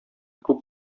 күп